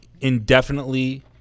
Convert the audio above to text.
indefinitely